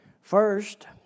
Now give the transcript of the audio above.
First